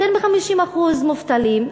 יותר מ-50% מובטלים,